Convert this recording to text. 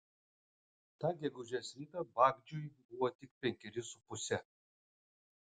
tą gegužės rytą bagdžiui buvo tik penkeri su puse